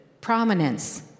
prominence